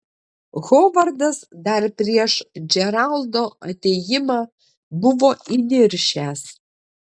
hovardas dar prieš džeraldo atėjimą buvo įniršęs